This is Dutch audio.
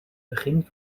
begin